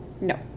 No